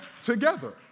together